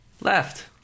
Left